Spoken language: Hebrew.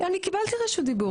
בשביל זה רשות דיבור.